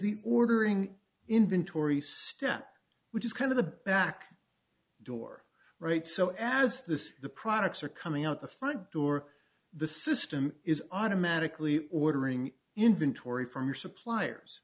the ordering inventory step which is kind of the back door right so as this the products are coming out the front door the system is automatically ordering inventory from your suppliers